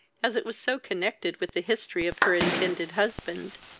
as it was so connected with the history of her intended husband.